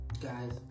guys